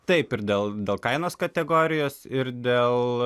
taip ir dėl dėl kainos kategorijos ir dėl